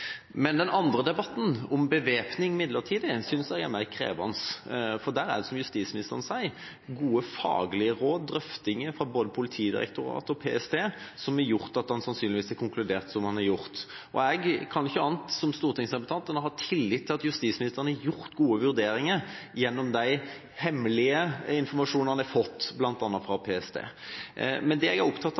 Men den andre debatten, om midlertidig bevæpning, synes jeg er mer krevende, for der er det, som justisministeren sier, gode faglige råd, drøftinger fra både Politidirektoratet og PST, som har gjort at han sannsynligvis har konkludert som han har gjort. Som stortingsrepresentant kan jeg ikke annet enn å ha tillit til at justisministeren har gjort gode vurderinger gjennom de hemmelige informasjonene han har fått, bl.a. fra PST. Men det jeg er opptatt av,